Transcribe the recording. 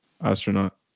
astronaut